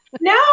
No